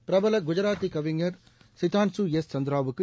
பிரபல குஜராத்தி கவிஞர் சிதான்சு யஸ் சந்திராவுக்கு